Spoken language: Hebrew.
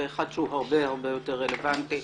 ואחד שהוא הרבה הרבה יותר רלוונטי,